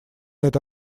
эта